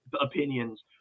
opinions